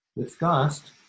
discussed